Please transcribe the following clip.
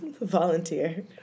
volunteer